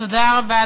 תודה רבה.